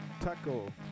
Taco